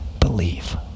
Believe